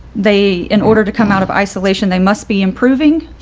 they in order to come out of isolation, they must be improving,